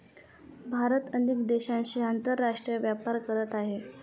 भारत अनेक देशांशी आंतरराष्ट्रीय व्यापार करत आहे